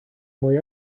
mwy